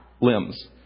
limbs